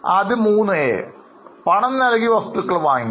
ആദ്യം 3a പണം നൽകി വസ്തുക്കൾ വാങ്ങി